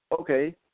okay